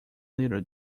little